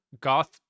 goth